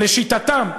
לשיטתם.